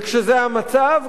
וכשזה המצב,